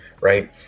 right